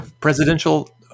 presidential